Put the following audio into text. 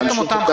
להמשיך את ה